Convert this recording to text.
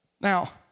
Now